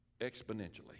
exponentially